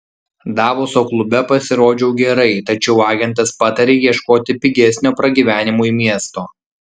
davoso klube pasirodžiau gerai tačiau agentas patarė ieškoti pigesnio pragyvenimui miesto